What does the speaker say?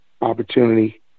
opportunity